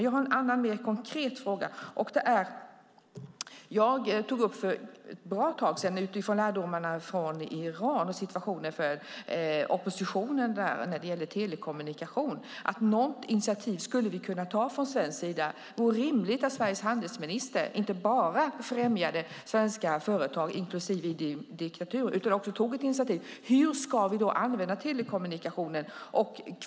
Jag har en annan mer konkret fråga. Jag tog för ett bra tag sedan upp en fråga utifrån lärdomarna i Iran och situationen för oppositionen där när det gäller telekommunikation. Något initiativ skulle vi kunna ta från svensk sida. Det vore rimligt att Sveriges handelsminister inte bara främjade svenska företag i olika länder inklusive i diktaturer utan också tog ett initiativ. Hur ska vi använda telekommunikationen?